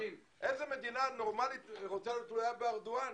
130. איזו מדינה נורמאלית רוצה להיות תלויה בארדואן?